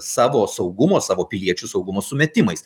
savo saugumo savo piliečių saugumo sumetimais